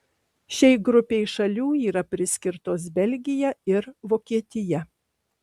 šiai grupei šalių yra priskirtos belgija ir vokietija